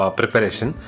preparation